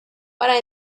para